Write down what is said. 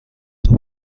توپ